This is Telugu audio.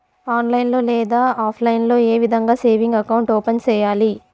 ఆన్లైన్ లో లేదా ఆప్లైన్ లో ఏ విధంగా సేవింగ్ అకౌంట్ ఓపెన్ సేయాలి